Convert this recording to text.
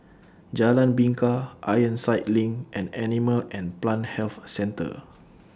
Jalan Bingka Ironside LINK and Animal and Plant Health Centre